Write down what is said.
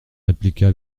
répliqua